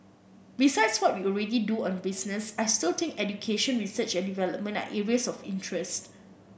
besides what we already do on business I still think education research and development are areas of interest